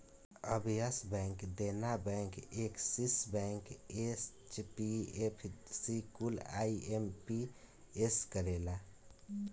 अब Yes bank, Dena bank, Axis bank, HDFC कुल IMPS करेला